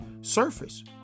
surface